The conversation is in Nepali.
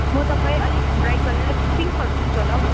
म त खोइ अलिक ब्राइट कलर पिङ्कहरू किन्छु होला हौ